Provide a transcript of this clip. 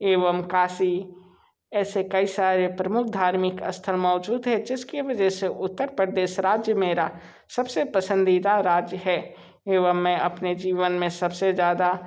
एवं काशी ऐसे कई सारे प्रमुख धार्मिक स्थल मौजूद है जिस की वजह से उत्तर प्रदेस राज्य मेरा सब से पसंदीदा राज्य है एवं मैं अपने जीवन में सब से ज़्यादा